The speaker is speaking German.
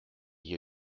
hier